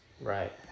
Right